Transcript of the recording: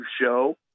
show